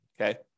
Okay